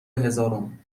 هزارم